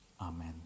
amen